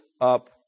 up